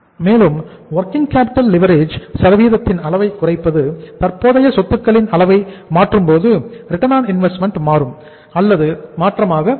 மேலும் working capital leverage சதவிகிதத்தின் அளவை குறைப்பது தற்போதைய சொத்துக்களின் அளவை மாற்றும்போது ROI மாறும் அல்லது மாற்றமாக இருக்கும்